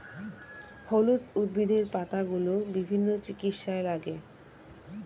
হলুদ উদ্ভিদের পাতাগুলো বিভিন্ন চিকিৎসায় লাগে